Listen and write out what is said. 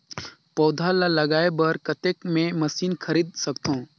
पौधा ल जगाय बर कतेक मे मशीन खरीद सकथव?